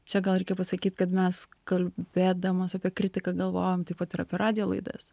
čia gal reikia pasakyti kad mes kalbėdamos apie kritiką galvojom taip pat yra apie radijo laidas